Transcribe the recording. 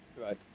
Right